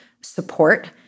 support